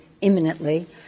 imminently